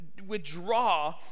withdraw